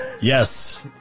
yes